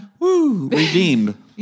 Redeemed